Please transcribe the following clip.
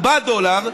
4 דולר,